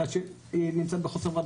בזמן הזה הם בחוסר ודאות.